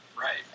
Right